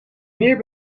meer